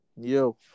Yo